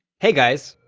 hey guys,